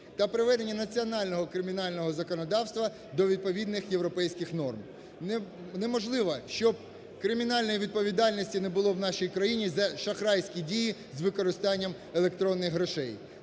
та приведення національного кримінального законодавства до відповідних європейських норм. Неможливо, щоб кримінальної відповідальності не було в нашій країні за шахрайські дії з використанням електронних грошей.